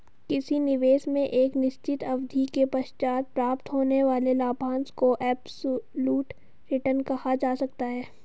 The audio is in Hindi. किसी निवेश में एक निश्चित अवधि के पश्चात प्राप्त होने वाले लाभांश को एब्सलूट रिटर्न कहा जा सकता है